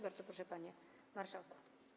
Bardzo proszę, panie marszałku.